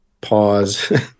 pause